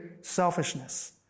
selfishness